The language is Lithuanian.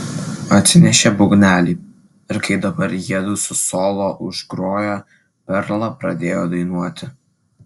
atsinešė būgnelį ir kai dabar jiedu su solo užgrojo perla pradėjo dainuoti